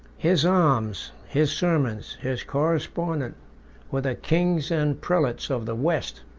his alms, his sermons, his correspondence with the kings and prelates of the west,